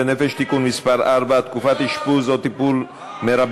נפש (תיקון מס' 4) (תקופת אשפוז או טיפול מרבית),